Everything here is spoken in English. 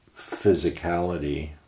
physicality